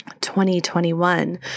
2021